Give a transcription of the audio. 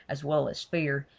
as well as fear,